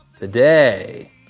Today